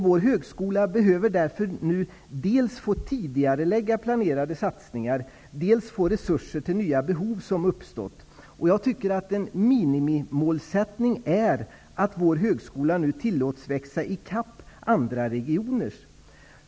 Vår högskola behöver därför nu dels tidigarelägga planerade satsningar, dels få resurser till nya behov som har uppstått. En minimimålsättning är att vår högskola nu tillåts växa i kapp andra regioners högskolor.